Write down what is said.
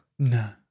No